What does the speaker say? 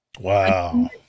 Wow